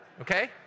okay